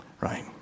right